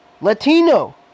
Latino